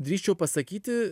drįsčiau pasakyti